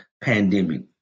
pandemic